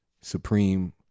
supreme